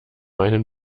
einen